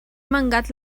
mangat